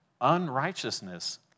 unrighteousness